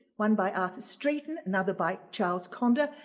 one by arthur streeton. another by charles condar.